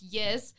yes